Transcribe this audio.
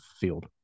field